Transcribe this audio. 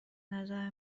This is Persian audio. نظر